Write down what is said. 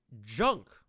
junk